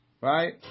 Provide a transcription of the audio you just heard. right